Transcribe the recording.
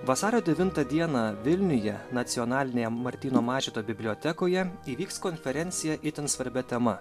vasario devintą dieną vilniuje nacionalinėje martyno mažvydo bibliotekoje įvyks konferencija itin svarbia tema